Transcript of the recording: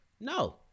No